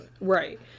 Right